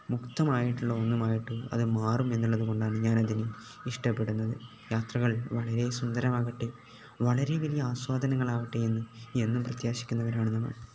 മുക്തമായിട്ടുള്ള ഒന്നുമായിട്ട് അതു മാറും എന്നുള്ളതുകൊണ്ടാണ് ഞാനതിന് ഇഷ്ടപ്പെടുന്നത് യാത്രകൾ വളരെ സുന്ദരമാകട്ടെ വളരെ വലിയ ആസ്വാദനങ്ങളാവട്ടെ എന്ന് എന്നും പ്രത്യാശിക്കുന്നവരാണു നമ്മൾ